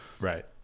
right